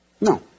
No